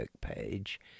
page